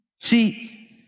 See